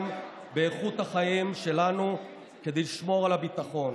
באיכות החיים שלנו כדי לשמור על הביטחון.